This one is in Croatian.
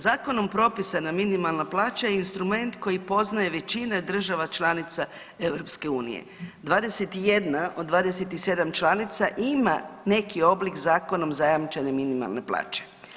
Zakonom propisana minimalna plaća je instrument koji poznaje većina država članica EU, 21 od 27 članica ima neki oblik zakonom zajamčene minimalne plaće.